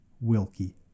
Wilkie